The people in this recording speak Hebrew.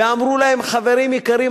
ואמרו להם: חברים יקרים,